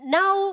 now